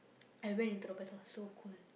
I went into the so cool